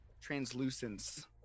translucence